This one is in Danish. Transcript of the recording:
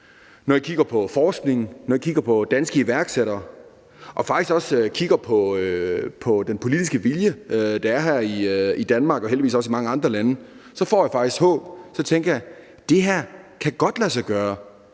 når jeg kigger på den politiske vilje, der er her i Danmark og heldigvis også i mange andre lande, får jeg faktisk håb. Så tænker jeg: Det her kan godt lade sig gøre.